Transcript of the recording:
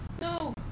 No